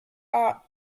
are